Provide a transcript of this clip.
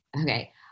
Okay